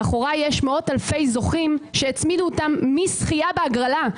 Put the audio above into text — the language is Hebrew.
מאחוריי יש מאות אלפי זוכים שהצמידו אותם מהזכייה בהגרלה.